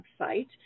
website